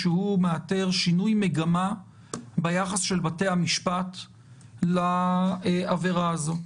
שהוא מאתר שינוי מגמה ביחס של בתי המשפט לעבירה הזו,